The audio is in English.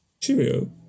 Cheerio